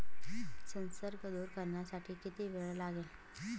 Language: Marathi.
संसर्ग दूर करण्यासाठी किती वेळ लागेल?